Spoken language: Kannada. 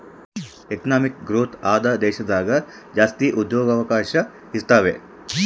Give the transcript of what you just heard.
ಎಕನಾಮಿಕ್ ಗ್ರೋಥ್ ಆದ ದೇಶದಾಗ ಜಾಸ್ತಿ ಉದ್ಯೋಗವಕಾಶ ಇರುತಾವೆ